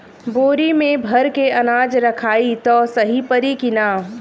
बोरी में भर के अनाज रखायी त सही परी की ना?